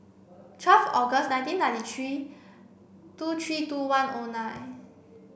twelve August nineteen ninety three two three two one O nine